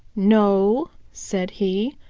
no, said he,